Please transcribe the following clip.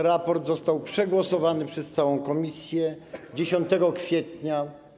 Raport został przegłosowany przez całą komisję 10 kwietnia.